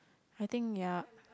I think ya